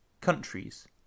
countries